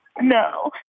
No